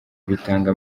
bitanga